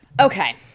Okay